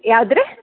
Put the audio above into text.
ಯಾವ್ದು ರೀ